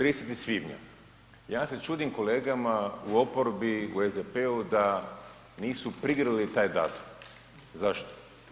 30. svibnja, ja se čudim kolegama u oporbi, u SDP-u da nisu prigrlili taj datum, zašto?